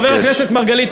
חבר הכנסת מרגלית,